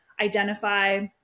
identify